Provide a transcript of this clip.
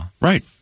Right